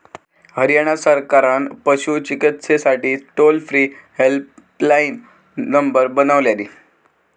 हरयाणा सरकारान पशू चिकित्सेसाठी टोल फ्री हेल्पलाईन नंबर बनवल्यानी